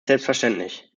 selbstverständlich